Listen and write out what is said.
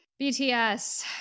BTS